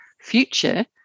future